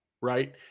right